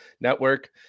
Network